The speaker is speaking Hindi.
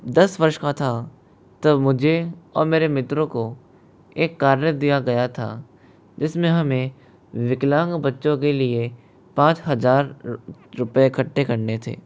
दस वर्ष का था तब मुझे और मेरे मित्रों को एक कार्य दिया गया था जिसमें हमें विकलांग बच्चों के लिए पाँच हज़ार रुपये इकट्ठे करने थे